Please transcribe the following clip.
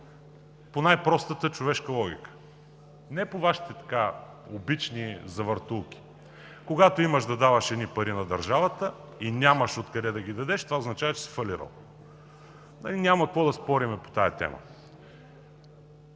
по най-простата човешка логика, а не по Вашите така обични завъртулки. Когато имаш да даваш едни пари на държавата и нямаш откъде да ги дадеш, това означава, че си фалирал. Няма какво да спорим по тази тема.